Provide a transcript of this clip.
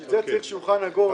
בשביל זה צריך שולחן עגול,